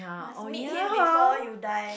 must meet him before you die